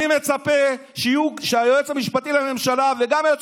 אני מצפה שהיועץ המשפטי לממשלה וגם היועץ